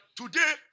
Today